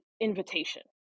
invitation